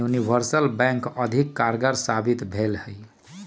universal bank अधिक कारगर साबित भेलइ ह